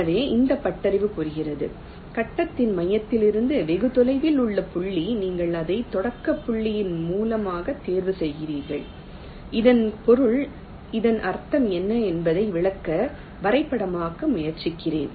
எனவே இந்த பட்டறிவு கூறுகிறது கட்டத்தின் மையத்திலிருந்து வெகு தொலைவில் உள்ள புள்ளி நீங்கள் அதை தொடக்க புள்ளியின் மூலமாக தேர்வு செய்கிறீர்கள் இதன் பொருள் இதன் அர்த்தம் என்ன என்பதை விளக்க வரைபடமாக முயற்சிக்கிறேன்